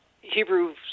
Hebrew